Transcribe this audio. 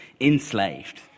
enslaved